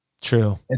True